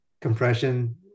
compression